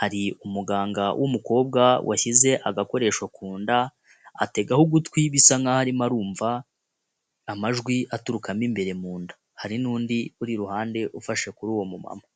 Hari umuganga w'umukobwa washyize agakoresho ku nda ategaho ugutwi bisa nk'aho arimo arumva amajwi aturuka mo imbere mu nda. Hari n'undi uri iruhande ufashe kuri uwo mumama.